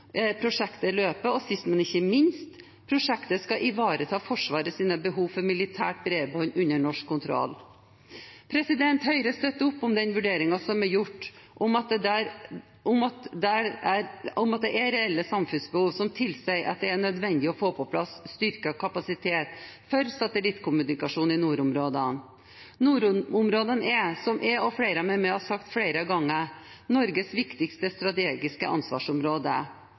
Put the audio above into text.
prosjektet løper, og sist, men ikke minst, at prosjektet skal ivareta forsvarets behov for militært bredbånd under norsk kontroll Høyre støtter opp om den vurderingen som er gjort om at det er reelle samfunnsbehov som tilsier at det er nødvendig å få på plass styrket kapasitet for satellittkommunikasjon i nordområdene. Nordområdene er, som jeg og flere med meg har sagt flere ganger, Norges viktigste strategiske ansvarsområde.